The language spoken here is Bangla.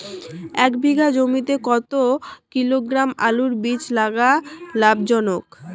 এক বিঘা জমিতে কতো কিলোগ্রাম আলুর বীজ লাগা লাভজনক?